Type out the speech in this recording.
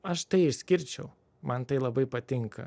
aš tai išskirčiau man tai labai patinka